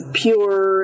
pure